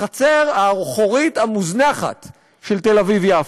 החצר האחורית המוזנחת של תל-אביב יפו?